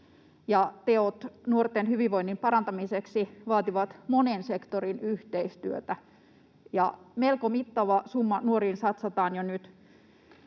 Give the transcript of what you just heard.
teot nuorten hyvinvoinnin parantamiseksi vaativat monen sektorin yhteistyötä, ja melko mittava summa nuoriin satsataan jo nyt.